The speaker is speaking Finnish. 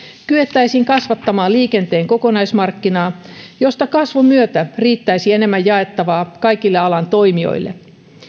kyettäisiin kasvattamaan liikenteen kokonaismarkkinaa josta kasvun myötä riittäisi enemmän jaettavaa kaikille alan toimijoille